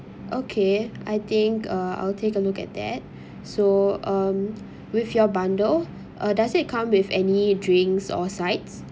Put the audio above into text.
okay I think uh I'll take a look at that so um with your bundle uh does it come with any drinks or sides